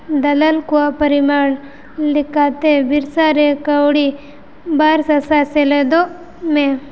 ᱫᱟᱞᱟᱞ ᱠᱚᱣᱟᱜ ᱯᱚᱨᱤᱢᱟᱱ ᱞᱮᱠᱟᱛᱮ ᱵᱤᱨᱥᱟᱨᱮ ᱠᱟᱹᱣᱰᱤ ᱵᱟᱨ ᱥᱟᱥᱟᱭ ᱥᱮᱞᱮᱫᱟᱜ ᱢᱮ